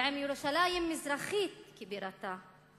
ועם ירושלים המזרחית כבירתה,